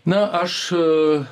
na aš a